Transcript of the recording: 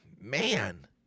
Man